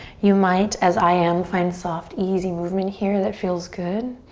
you might as i am find soft, easy movement here that feels good.